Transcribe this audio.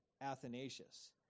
Athanasius